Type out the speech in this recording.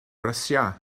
brysia